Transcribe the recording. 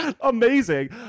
Amazing